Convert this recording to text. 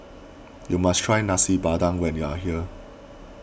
you must try Nasi Padang when you are here